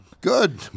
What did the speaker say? Good